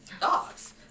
dogs